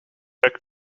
check